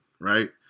right